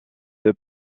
deux